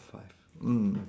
five mm